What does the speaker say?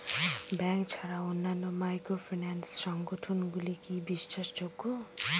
Bank ছাড়া অন্যান্য microfinance সংগঠন গুলি কি বিশ্বাসযোগ্য?